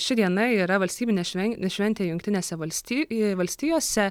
ši diena yra valstybinė šven šventė jungtinėse valsti i valstijose